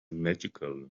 magical